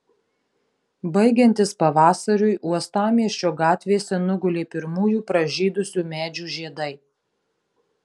baigiantis pavasariui uostamiesčio gatvėse nugulė pirmųjų pražydusių medžių žiedai